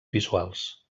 visuals